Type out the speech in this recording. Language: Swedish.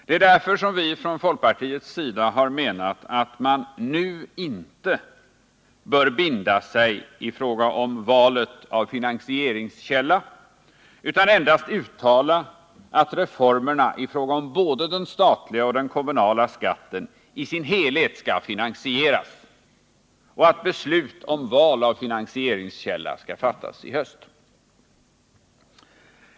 Det är därför som vi ifrån folkpartiets sida har menat att man nu inte bör binda sig i fråga om valet av finansieringskälla utan endast uttala att reformerna i fråga om både den statliga och den kommunala skatten i sin helhet skall finansieras och att beslut om val av finansieringskälla skall fattas i höst.